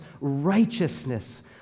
righteousness